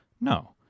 No